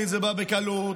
זה הצהרת חוק סופר-חשובה.